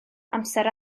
amser